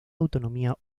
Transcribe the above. autonomía